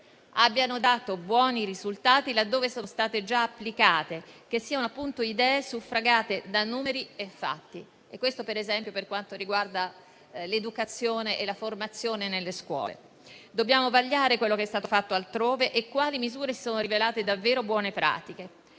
abbiano dato buoni risultati laddove sono state già applicate, che siano appunto idee suffragate da numeri e fatti (per esempio per quanto riguarda l'educazione e la formazione nelle scuole). Dobbiamo vagliare quello che è stato fatto altrove e quali misure si sono rivelate davvero buone pratiche.